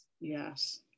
yes